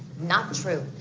not true.